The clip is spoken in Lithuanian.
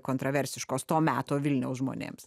kontroversiškos to meto vilniaus žmonėms